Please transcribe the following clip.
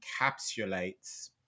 encapsulates